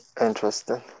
interesting